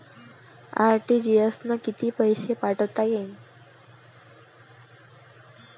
RTGS न कितीक पैसे पाठवता येते?